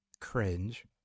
cringe